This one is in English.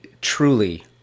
truly